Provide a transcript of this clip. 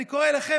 אני קורא לכם,